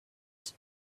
edge